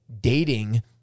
dating